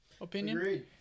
opinion